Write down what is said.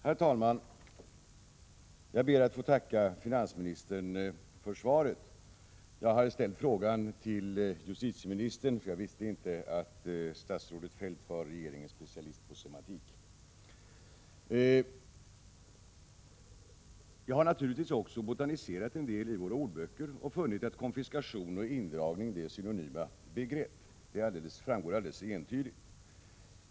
Herr talman! Jag ber att få tacka finansministern för svaret. Jag hade ställt frågan till justitieministern, för jag visste inte att statsrådet Feldt var regeringens specialist på semantik. Jag har naturligtvis botaniserat en del i våra ordböcker och funnit att konfiskation och indragning är synonyma begrepp. Det framgår alldeles entydigt.